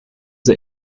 sie